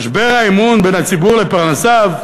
משבר האמון בין הציבור לפרנסיו,